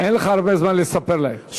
אין לך הרבה זמן לספר להם.